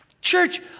Church